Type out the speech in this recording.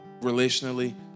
relationally